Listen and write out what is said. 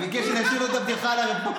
הוא ביקש שאני אשאיר לו את הבדיחה על הרפורמים.